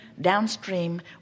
downstream